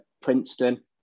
Princeton